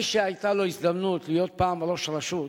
מי שהיתה לו הזדמנות להיות פעם ראש רשות